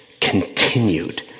continued